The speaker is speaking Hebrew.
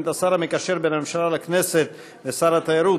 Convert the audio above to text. את השר המקשר בין הממשלה לכנסת ושר התיירות,